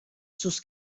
sus